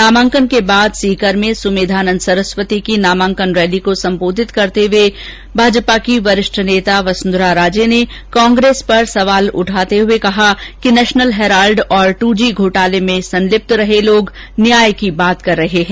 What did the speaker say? नामांकन के बाद सीकर में सुमेधानंद सरस्वती की नामांकन रैली को संबोधित करते हुए भाजपा की वरिष्ठ नेता वसुंधरा राजे ने कांग्रेस पर सवाल उठाते हुए कहा कि नेषनल हैराल्ड और ट्रजी घोटाले में संलिप्त रहे लोग न्याय की बात कर रहे हैं